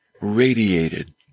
radiated